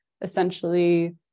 essentially